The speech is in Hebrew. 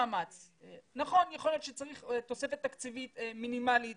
נכון, יכול להיות שצריך תוספת תקציבית מינימלית